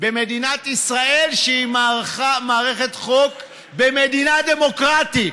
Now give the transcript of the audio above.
במדינת ישראל, שהיא מערכת חוק במדינה דמוקרטית.